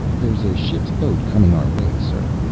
there's a ship's boat coming our way, sir,